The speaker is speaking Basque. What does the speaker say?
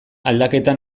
aldaketa